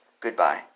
Goodbye